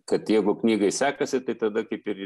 kad jeigu knygai sekasi tai tada kaip ir